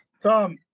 Tom